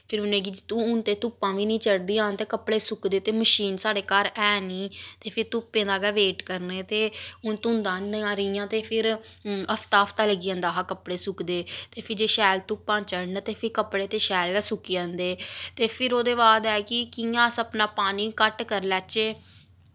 फिर उ'नें गी हून धुप्पां बी नेईं चढ़दियां ते कपड़े सुक्कदे ते मशीन साढ़ा घर ऐ निं ते फिर धुप्पें दा गै वेट करना ते हून धुंधा इ'यां गै रेहियां ते हफ्ता हफ्ता लग्गी जंदा हा कपड़े सुकदे ते फ्ही शैल धुप्पां चढ़न ते फ्ही कपड़े ते शैल गै सुक्की जंदे ते फिर ओह्दे बाद ऐ कि कि'यां अस अपना पानी घट्ट करी लैचे